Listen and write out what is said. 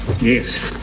Yes